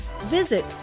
visit